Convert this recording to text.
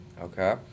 okay